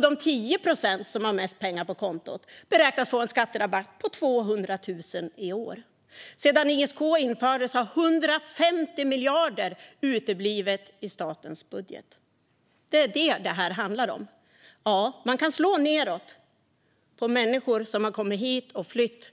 De 10 procent som har mest pengar på kontot beräknas få en skatterabatt på 200 000 i år. Sedan ISK infördes har 150 miljarder uteblivit i statens budget. Det är vad detta handlar om. Man kan slå nedåt på människor som har flytt